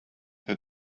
had